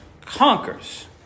conquers